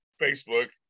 Facebook